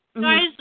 Guys